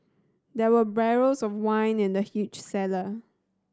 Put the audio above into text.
there were barrels of wine in the huge cellar